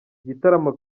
igitaramo